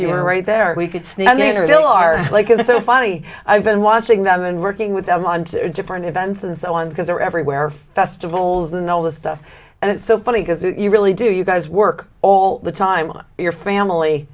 you were right there we could sneak in a dillard's like it is so funny i've been watching them and working with them on two different events and so on because they're everywhere festivals and all this stuff and it's so funny because you really do you guys work all the time on your family